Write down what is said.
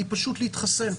היא פשוט להתחסן.